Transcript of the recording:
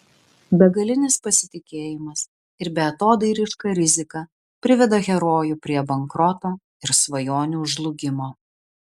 begalinis pasitikėjimas ir beatodairiška rizika priveda herojų prie bankroto ir svajonių žlugimo